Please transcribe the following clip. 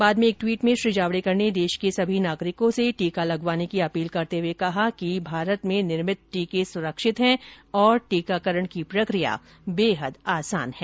बाद में एक ट्वीट में श्री जावडेकर ने देश के सभी नागरिकों से टीका लगवाने की अपील करते हुए कहा कि भारत में निर्मित टीके सुरक्षित हैं और टीकाकरण की प्रक्रिया बेहद आसान है